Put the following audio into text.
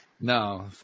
No